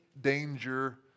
danger